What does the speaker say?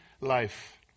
life